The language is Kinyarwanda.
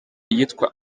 iyitwa